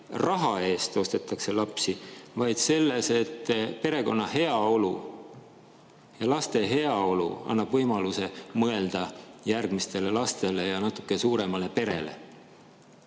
raha eest ostetakse lapsi, vaid selles, et perekonna heaolu ja laste heaolu annab võimaluse mõelda järgmistele lastele ja natuke suuremale perele.